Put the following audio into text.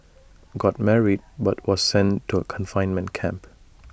got married but was sent to A confinement camp